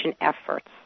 efforts